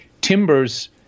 timbers